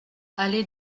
allée